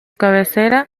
cabecera